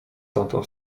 tamtą